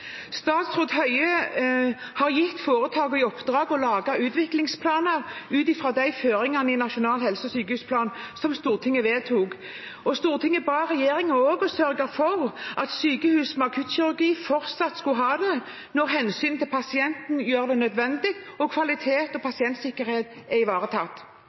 Statsråd Høie har gitt foretakene i oppdrag å lage utviklingsplaner ut ifra de føringene i Nasjonal helse- og sykehusplan som Stortinget vedtok. Stortinget ba også regjeringen om å sørge for at sykehus med akuttkirurgi fortsatt skulle ha det, når hensynet til pasientene gjør det nødvendig og når kvalitet og pasientsikkerhet er ivaretatt.